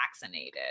vaccinated